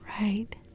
right